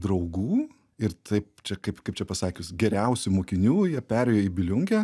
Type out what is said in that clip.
draugų ir taip čia kaip kaip čia pasakius geriausių mokinių jie perėjo į biliunkę